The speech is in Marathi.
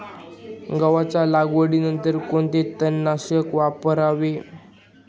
गव्हाच्या लागवडीनंतर कोणते तणनाशक वापरावे?